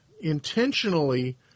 intentionally